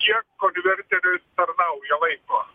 kiek konverteris tarnauja laiko